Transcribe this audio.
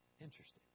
Interesting